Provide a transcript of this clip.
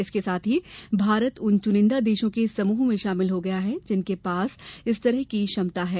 इसके साथ ही भारत उन चुनिंदा देशों के समूह में शामिल हो गया है जिनके पास इस तरह की क्षमता है